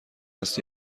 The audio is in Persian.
است